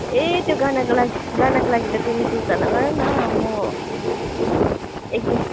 ए त्यो गानाको लागि गानाको लागि त तिमी सुर्ता नगर न म एकदम